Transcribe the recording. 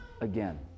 again